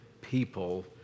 people